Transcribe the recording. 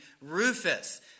Rufus